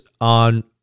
on